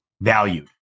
valued